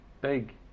big